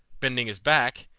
bending his back,